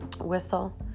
whistle